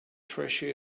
treasure